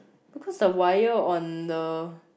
because the wire on the